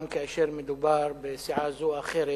גם כאשר מדובר בסיעה זו או אחרת.